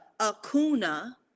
Acuna